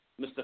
Mr